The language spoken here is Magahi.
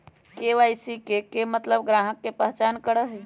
के.वाई.सी के मतलब ग्राहक का पहचान करहई?